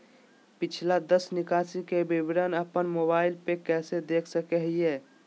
पिछला दस निकासी के विवरण अपन मोबाईल पे कैसे देख सके हियई?